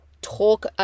talk